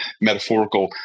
metaphorical